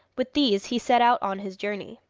with these he set out on his journey.